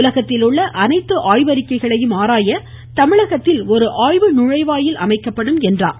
உலகத்தில் உள்ள அனைத்து ஆய்வறிக்கைகளையும் ஆராய தமிழகத்தில் ஒரு ஆய்வு நுழைவாயில் அமைக்கப்படும் என்றார்